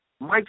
Mike